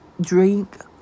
drink